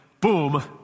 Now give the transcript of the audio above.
boom